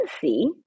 see